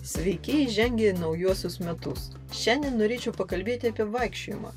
sveiki įžengę į naujuosius metus šiandien norėčiau pakalbėti apie vaikščiojimą